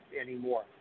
anymore